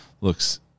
looks